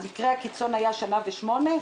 פעם כל שנה ושמונה,